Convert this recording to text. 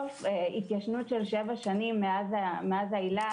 התיישנות של שבע שנים מאז העילה,